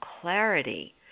clarity